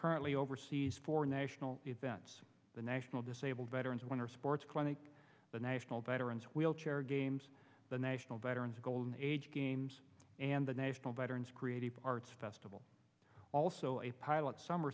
currently oversees for national events the national disabled veterans wonder sports clinic the national veterans wheelchair games the national veterans golden age games and the national veterans creative arts festival also a pilot summer